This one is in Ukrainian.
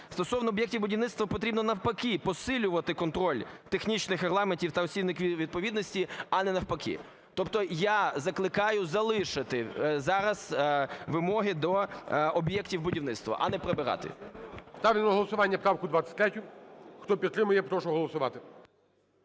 Стосовно об'єктів будівництва потрібно, навпаки, посилювати контроль технічних регламентів та оцінки відповідності, а не навпаки. Тобто я закликаю залишити зараз вимоги до об'єктів будівництва, а не прибирати. ГОЛОВУЮЧИЙ. Ставлю на голосування правку 23. Хто підтримує, прошу голосувати.